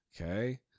Okay